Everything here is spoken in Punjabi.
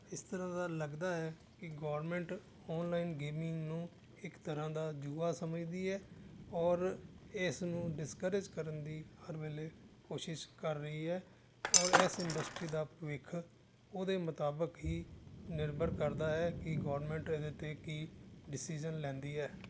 ਇਸ ਤਰ੍ਹਾਂ ਦਾ ਲੱਗਦਾ ਹੈ ਕਿ ਗੌਰਮੈਂਟ ਔਨਲਾਈਨ ਗੇਮਿੰਗ ਨੂੰ ਇੱਕ ਤਰ੍ਹਾਂ ਦਾ ਜੂਆ ਸਮਝਦੀ ਹੈ ਔਰ ਇਸ ਨੂੰ ਡਿਸਕਰੇਜ ਕਰਨ ਦੀ ਹਰ ਵੇਲੇ ਕੋਸ਼ਿਸ਼ ਕਰ ਰਹੀ ਹੈ ਔਰ ਇਸ ਇੰਡਸਟਰੀ ਦਾ ਭਵਿੱਖ ਉਹਦੇ ਮੁਤਾਬਕ ਹੀ ਨਿਰਭਰ ਕਰਦਾ ਹੈ ਕਿ ਗੌਰਮੈਂਟ ਇਹਦੇ 'ਤੇ ਕੀ ਡਿਸੀਜ਼ਨ ਲੈਂਦੀ ਹੈ